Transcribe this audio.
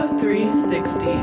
360